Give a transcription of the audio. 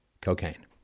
cocaine